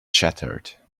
shattered